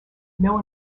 know